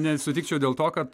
nesutikčiau dėl to kad